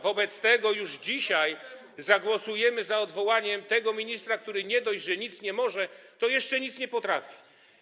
Wobec tego już dzisiaj zagłosujemy za odwołaniem tego ministra, który nie dość, że nic nie może, to jeszcze nic nie potrafi.